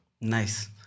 Nice